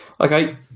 Okay